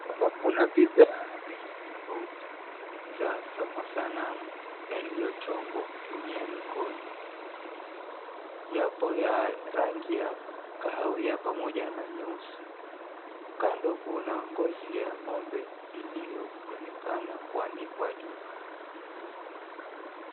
Hapa kuna bidhaa aina tofauti za masanamu yaliyo chongwa kutumia mikono, yapo ya rangi ya kahawia pamoja na nyeusi kando kuna ngozi ya ng'ombe iliyo onekana kuanikwa juu .